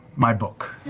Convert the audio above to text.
my book.